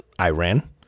Iran